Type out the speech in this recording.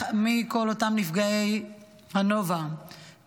מכל אותם נפגעי הנובה,